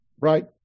right